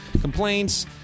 complaints